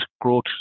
growth